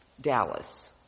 Dallas